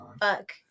Fuck